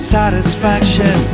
satisfaction